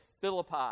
Philippi